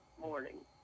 morning